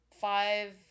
five